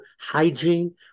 hygiene